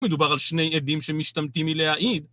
מדובר על שני עדים שמשתמטים מלהעיד